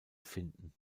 finden